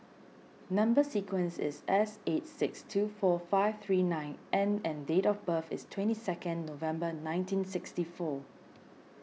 Number Sequence is S eight six two four five three nine N and date of birth is twenty second November nineteen sixty four